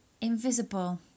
invisible